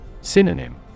Synonym